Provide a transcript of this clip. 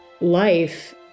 life